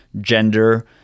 gender